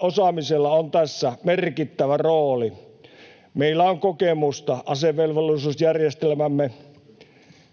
osaamisella on tässä merkittävä rooli. Meillä on kokemusta asevelvollisuusjärjestelmästämme,